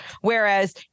Whereas